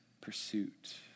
pursuit